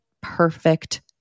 perfect